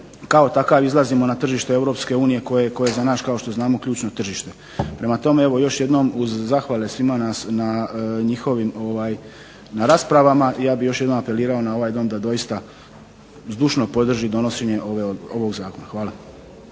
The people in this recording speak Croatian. kao takav izlazimo na tržište Europske unije koje je za nas kao što znamo ključno tržište. Prema tome, evo još jednom uz zahvale svima na njihovim, na raspravama, ja bih još jednom apelirao na ovaj Dom da doista zdušno podrži donošenje ovog zakona. Hvala.